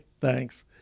thanks